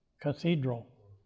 Cathedral